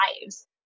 lives